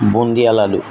bundiya লাডু